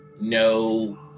no